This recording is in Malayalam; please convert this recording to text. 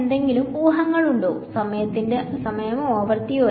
എന്തെങ്കിലും ഊഹങ്ങൾ ഉണ്ടോ സമയമോ ആവൃത്തിയോ